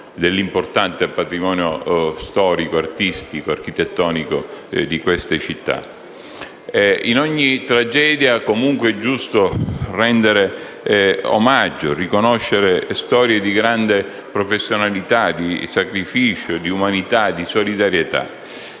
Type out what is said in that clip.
dell'importante patrimonio storico, artistico e architettonico di queste città. In ogni tragedia è comunque giusto rendere omaggio e riconoscere storie di grande professionalità, sacrificio, umanità e solidarietà.